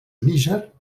níger